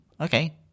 okay